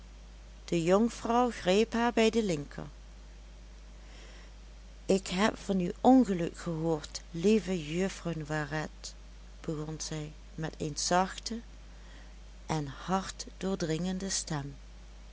de jonkvrouw greep haar bij de linker ik heb van uw ongeluk gehoord lieve juffrouw noiret begon zij met een zachte en hartdoordringende stem